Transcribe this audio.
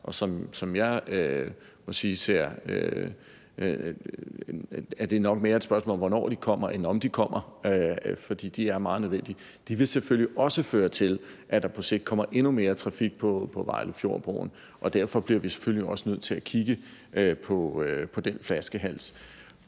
– hvor jeg må sige, at det nok mere er et spørgsmål om, hvornår de kommer, end om de kommer, fordi de er meget nødvendige – også vil føre til, at der på sigt kommer endnu mere trafik på Vejlefjordbroen. Og derfor bliver vi selvfølgelig også nødt til at kigge på den flaskehals.